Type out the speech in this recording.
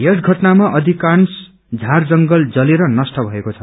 यस घटनामा अधिकांश झारजंगल जतेर नष्ट भएको छ